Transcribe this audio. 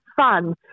fun